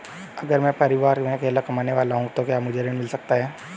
अगर मैं परिवार में अकेला कमाने वाला हूँ तो क्या मुझे ऋण मिल सकता है?